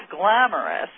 glamorous